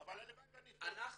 אנחנו אופטימיים,